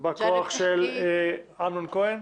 בא כוח של אמנון כהן.